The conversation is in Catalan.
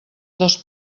dos